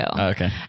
Okay